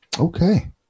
Okay